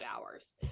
hours